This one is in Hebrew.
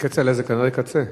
כצל'ה זה כנראה קצה.